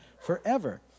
forever